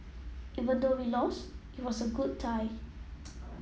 even though we lost it was a good tie